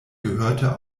gehörte